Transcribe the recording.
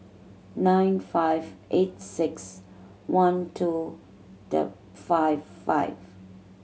nine five eight six one two five five